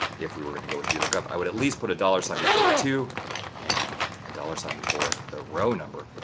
if we were going to go with vlookup i would at least put a dollar sign before the two and a dollar sign before the row number.